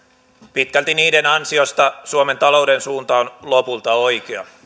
pitkälti niiden ansiosta suomen talouden suunta on lopulta oikea